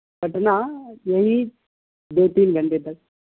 پٹنہ یہی دو تین گھنٹے تک